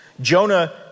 Jonah